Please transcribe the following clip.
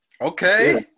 okay